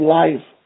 life